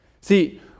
See